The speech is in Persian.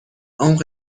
عمق